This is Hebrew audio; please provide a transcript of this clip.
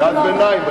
קריאת ביניים.